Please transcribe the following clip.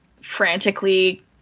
frantically